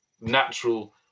natural